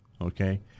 okay